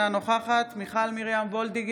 אינה נוכחת מיכל מרים וולדיגר,